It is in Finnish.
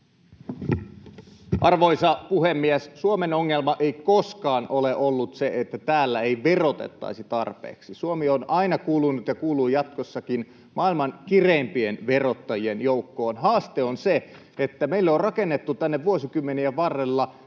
Arvoisa puhemies! Suomen ongelma ei koskaan ole ollut se, että täällä ei verotettaisi tarpeeksi. Suomi on aina kuulunut ja kuuluu jatkossakin maailman kireimpien verottajien joukkoon. Haaste on se, että meille on rakennettu tänne vuosikymmenien varrella